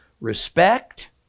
respect